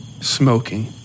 Smoking